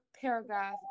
paragraph